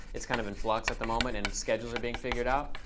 it's kind of in flux at the moment, and schedules are being figured out.